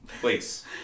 Please